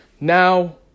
Now